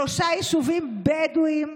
שלושה יישובים בדואיים,